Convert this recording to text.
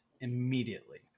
immediately